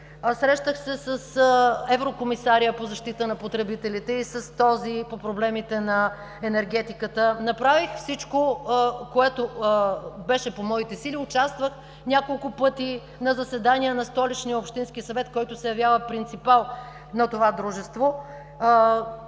срещах се с еврокомисаря по защита на потребителите и с този по проблемите на енергетиката – направих всичко по моите сили. Участвах няколко пъти на заседания на Столичния общински съвет, който се явява принципал на това дружество.